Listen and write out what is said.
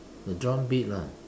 the drum piece ah